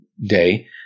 day